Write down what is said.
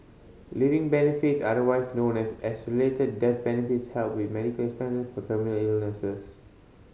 living benefits otherwise known as accelerated death benefits help with medical expenses for terminal illnesses